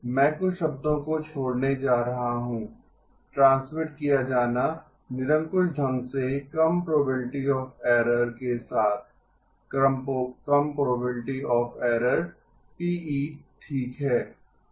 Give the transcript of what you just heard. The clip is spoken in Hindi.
मैं कुछ शब्दों को छोड़ने जा रहा हूं ट्रांसमिट किया जाना निरंकुश ढंग से कम प्रोबेबिलिटी ऑफ़ एरर के साथ कम प्रोबेबिलिटी ऑफ़ एरर Pe ठीक है